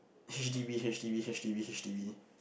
H_D_B H_D_B H_D_B H_D_B